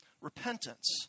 Repentance